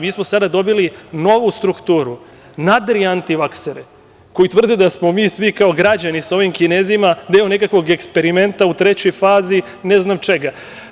Mi smo sada dobili novu strukturu, nadriantivaksere, koji tvrde da smo mi svi kao građani sa ovim Kinezima deo nekakvog eksperimenta u trećoj fazi ne znam čega.